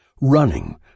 running